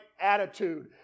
attitude